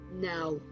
Now